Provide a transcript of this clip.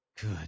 Good